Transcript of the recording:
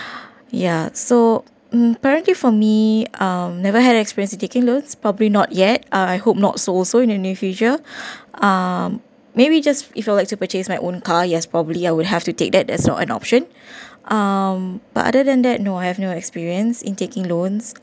ya so apparently for me um never had experience in taking loans probably not yet I hope not so also in the near future um maybe just if I'd like to purchase my own car yes probably I would have to take that there's no other option um but other than that no I have no experience in taking loans